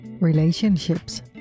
Relationships